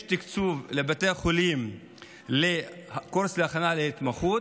יש תקצוב לבתי החולים לקורס להכנה להתמחות,